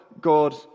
God